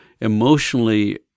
emotionally